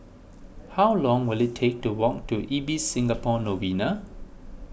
how long will it take to walk to Ibis Singapore Novena